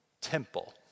temple